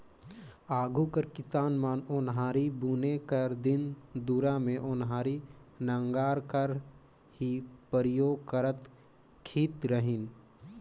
आघु कर किसान मन ओन्हारी बुने कर दिन दुरा मे ओन्हारी नांगर कर ही परियोग करत खित रहिन